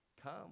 Come